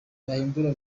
byahindura